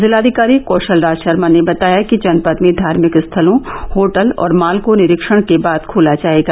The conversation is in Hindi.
जिलाधिकारी कौशल राज शर्मा ने बताया कि जनपद में धार्मिक स्थलों होटल और मॉल को निरीक्षण के बाद खोला जाएगा